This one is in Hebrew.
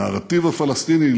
הנרטיב הפלסטיני,